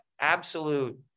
absolute